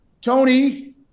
Tony